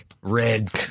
Red